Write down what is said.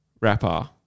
rapper